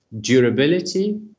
durability